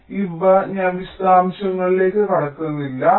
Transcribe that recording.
അതിനാൽ ഇവ ഞാൻ വിശദാംശങ്ങളിലേക്ക് കടക്കുന്നില്ല